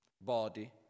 Body